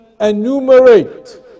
enumerate